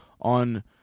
on